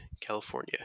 California